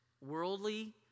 worldly